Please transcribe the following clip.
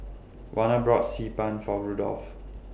Warner bought Xi Ban For Rudolf